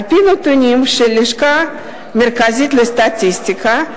על-פי נתונים של הלשכה המרכזית לסטטיסטיקה,